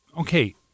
Okay